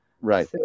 Right